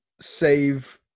Save